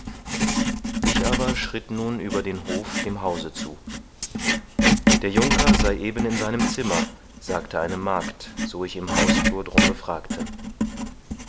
ich aber schritt nun über den hof dem hause zu der junker sei eben in seinem zimmer sagte eine magd so ich im hausflur drum befragte